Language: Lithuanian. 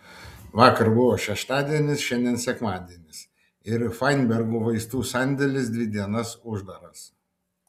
vakar buvo šeštadienis šiandien sekmadienis ir fainbergų vaistų sandėlis dvi dienas uždaras